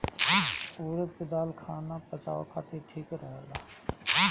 उड़द के दाल खाना पचावला खातिर ठीक रहेला